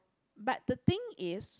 but the thing is